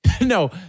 No